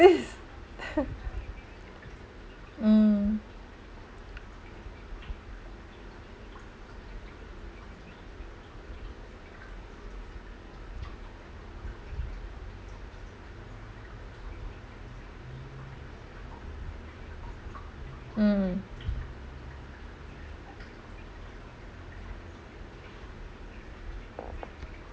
mm mm